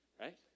right